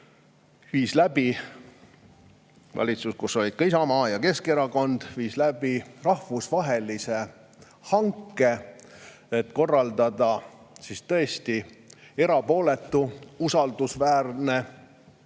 valitsus, valitsus, kus olid ka Isamaa ja Keskerakond, viis läbi rahvusvahelise hanke, et korraldada tõesti erapooletu ja usaldusväärne